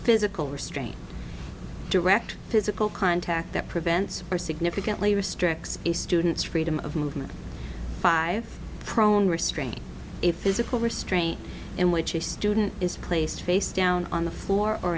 physical restraint direct physical contact that prevents or significantly restricts a student's freedom of movement five prone restraint a physical restraint in which a student is placed face down on the floor or